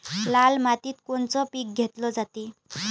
लाल मातीत कोनचं पीक घेतलं जाते?